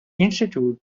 institute